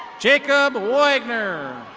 jacob wagner.